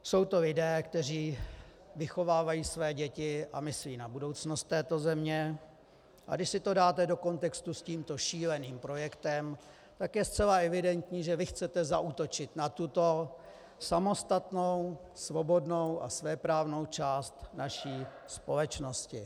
Jsou to lidé, kteří vychovávají své děti a myslí na budoucnost této země, a když si to dáte do kontextu s tímto šíleným projektem, tak je zcela evidentní, že vy chcete zaútočit na tuto samostatnou svobodnou a svéprávnou část naší společnosti.